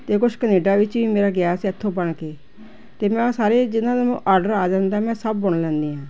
ਅਤੇ ਕੁਛ ਕਨੇਡਾ ਵਿੱਚ ਵੀ ਮੇਰਾ ਗਿਆ ਸੀ ਇੱਥੋਂ ਬਣ ਕੇ ਅਤੇ ਮੈਂ ਸਾਰੇ ਜਿਹਨਾਂ ਦਾ ਆਰਡਰ ਆ ਜਾਂਦਾ ਮੈਂ ਸਭ ਬੁਣ ਲੈਂਦੀ ਹਾਂ